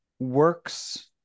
works